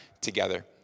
together